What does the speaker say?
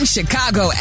Chicago